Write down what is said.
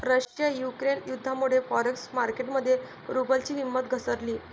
Russia Ukraine युद्धामुळे forex market मध्ये रुबलची किंमत घसरली